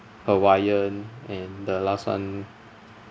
hawaiian and the last one